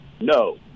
No